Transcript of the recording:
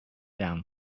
down